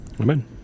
amen